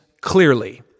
clearly